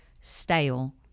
stale